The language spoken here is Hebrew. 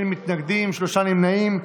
נגד, 58, נמנע אחד.